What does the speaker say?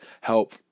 help